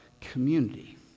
community